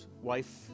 wife